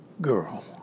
girl